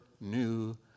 new